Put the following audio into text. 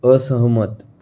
असहमत